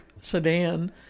sedan